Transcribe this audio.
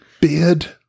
bid